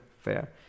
Fair